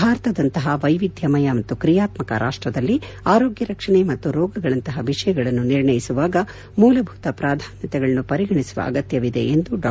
ಭಾರತದಂತಹ ವೈವಿಧ್ಯಮಯ ಮತ್ತು ಕ್ರಿಯಾತ್ಮಕ ರಾಷ್ತ್ರದಲ್ಲಿ ಆರೋಗ್ಯ ರಕ್ಷಣೆ ಮತ್ತು ರೋಗಗಳಂತಹ ವಿಷಯಗಳನ್ನು ನಿರ್ಣಯಿಸುವಾಗ ಮೂಲಭೂತ ಪ್ರಾಧಾನ್ಯತೆಗಳನ್ನು ಪರಿಗಣಿಸುವ ಅಗತ್ಯವಿದೆ ಎಂದು ಡಾ